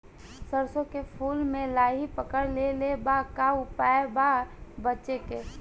सरसों के फूल मे लाहि पकड़ ले ले बा का उपाय बा बचेके?